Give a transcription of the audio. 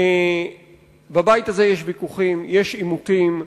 בבית הזה יש ויכוחים, יש עימותים.